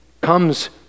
comes